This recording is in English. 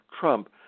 Trump